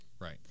Right